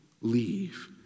leave